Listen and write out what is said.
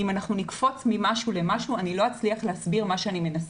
אם אנחנו נקפוץ מדבר לדבר לא אצליח להסביר את מה שאני מנסה.